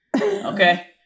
Okay